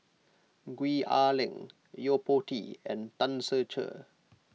Gwee Ah Leng Yo Po Tee and Tan Ser Cher